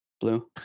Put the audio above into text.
blue